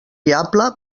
viable